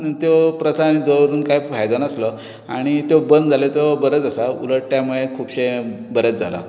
त्यो प्रथा आनी दवरून कांय फायदो नासलो आणी त्यो बंद जाल्यो त्यो बरेंच आसा उलट त्या मुळे खूबशें बरेंच जाला